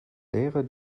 lehrer